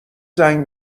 زنگ